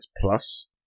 Plus